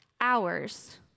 hours